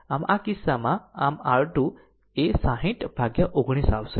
આમ આમ આ કિસ્સામાં આમ R2 એ 60 ભાગ્યા 19 Ω આવશે